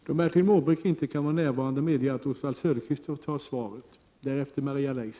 Då Bertil Måbrink inte kan vara närvarande medger jag att Oswald Söderqvist mottar svaret.